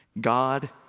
God